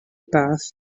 bath